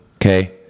okay